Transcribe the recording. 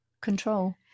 control